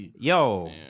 Yo